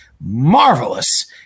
marvelous